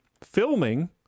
filming